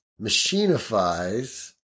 machinifies